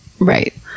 Right